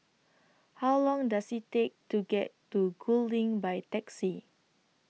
How Long Does IT Take to get to Gul LINK By Taxi